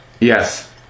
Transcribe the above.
Yes